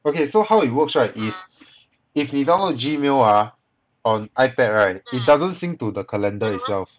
okay so how it works right is if you download gmail ah on ipad right it doesn't sync to the calendar itself